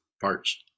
parts